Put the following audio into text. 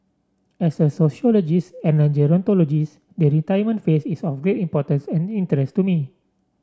as a sociologist and a gerontologist the retirement phase is a very importance and interest to me